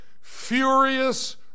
furious